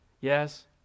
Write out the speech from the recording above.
yes